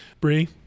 Bree